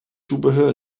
zubehör